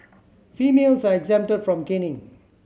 females are exempted from caning